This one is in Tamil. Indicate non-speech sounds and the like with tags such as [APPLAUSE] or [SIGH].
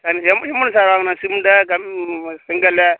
சார் [UNINTELLIGIBLE] எம்முட்டு சார் வாங்கணும் சிமெண்டு கம் செங்கல்